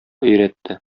өйрәтте